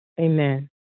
Amen